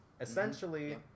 essentially